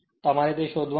અમારે તે શોધવાનું છે